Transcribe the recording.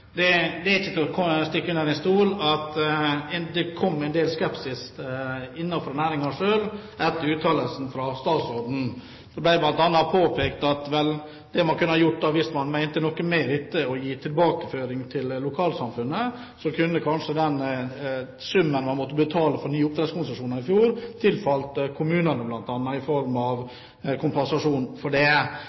Det er ikke til å stikke under stol at det var en del skepsis innenfor næringen etter uttalelsen fra statsråden. Det ble bl.a. påpekt at det man kunne gjort hvis man mente noe med å gi tilbake noe til lokalsamfunnet, kanskje kunne være at summen man måtte betale for nye oppdrettskonsesjoner i fjor, tilfalt kommunene som kompensasjon. Videre er det også andre måter å gjøre det